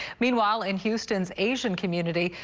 meanwhile in houston's asian community.